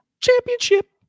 Championship